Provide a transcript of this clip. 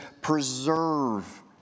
preserve